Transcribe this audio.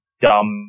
dumb